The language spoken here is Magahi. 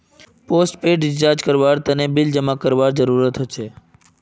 पोस्टपेड रिचार्ज करवार तने बिल जमा करवार जरूरत हछेक